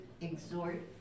exhort